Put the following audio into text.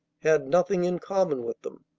had nothing in common with them.